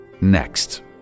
next